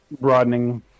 Broadening